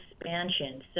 expansion